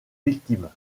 victimes